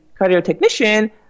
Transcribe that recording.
cardiotechnician